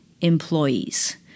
employees